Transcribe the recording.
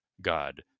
god